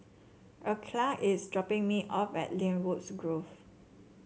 Erykah is dropping me off at Lynwood Grove